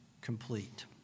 complete